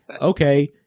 okay